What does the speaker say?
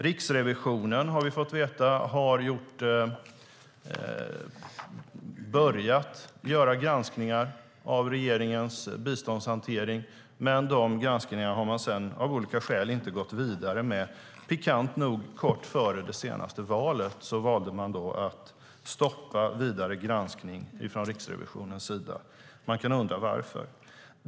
Riksrevisionen, har vi fått veta, har börjat göra granskningar av regeringens biståndshantering, men de granskningarna har man sedan, av olika skäl, inte gått vidare med. Pikant nog valde man kort före det senaste valet att stoppa vidare granskning från Riksrevisionens sida. Man kan undra varför.